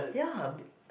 ya